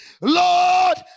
lord